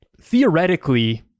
theoretically